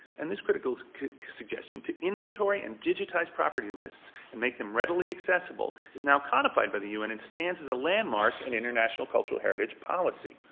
and this critical suggestion to inventory and digitize property lists and make them readily accessible is now codified by the un and stands as a landmark in international cultural heritage policy.